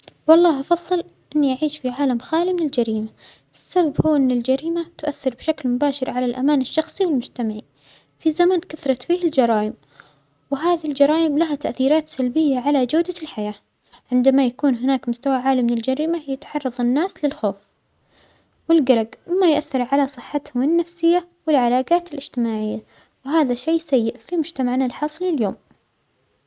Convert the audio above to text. والله أفظل إنى أعيش في عالم خالى من الجريمة، السبب هو أن الجريمة تؤثر بشكل مباشر على الأمان الشخصى والمجتمعى في زمن كثرت فيه الجرائم، وهذه الجرائم لها تأثيرات سلبية على جودة الحياة، عندما يكون هناك مستوى عالى من الجريمة يتحرص الناس للخوف والجلج، مما يؤثر على صحتهم النفسية والعلاجات الإجتماعية، وهذا شيء سئ فى مجتمعنا الحصرى اليوم.